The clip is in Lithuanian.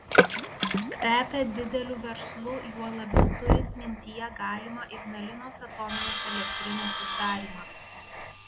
kvepia dideliu verslu juo labiau turint mintyje galimą ignalinos atominės elektrinės uždarymą